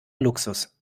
luxus